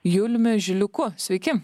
juliumi žiliuku sveiki